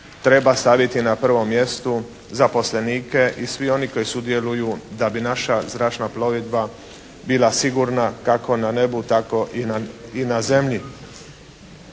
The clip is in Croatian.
treba staviti na prvo mjesto zaposlenike i svi oni koji sudjeluju da bi naša zračna plovidba bila sigurna, kako na nebu tako i na zemlji.